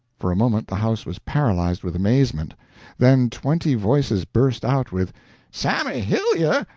for a moment the house was paralyzed with amazement then twenty voices burst out with sammy hillyer?